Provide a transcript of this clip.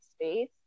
space